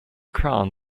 crowned